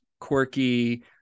quirky